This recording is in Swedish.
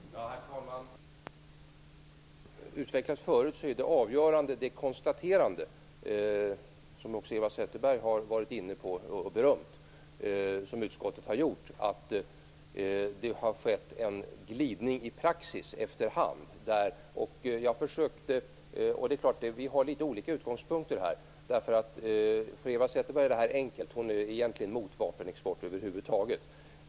Herr talman! Som jag har utvecklat förut, är det utskottets konstaterande - som Eva Zetterberg också har berömt - att det har skett en glidning i praxis efter hand som är det avgörande. Det är klart att vi har olika utgångspunkter. För Eva Zetterberg är det enkelt, därför att hon är egentligen emot vapenexport över huvud taget.